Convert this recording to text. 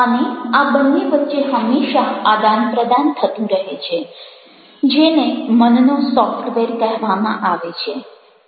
અને આ બંને વચ્ચે હંમેશા આદાન પ્રદાન થતું રહે છે જેને મનનો સોફ્ટવેર કહેવામાં આવે છે